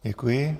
Děkuji.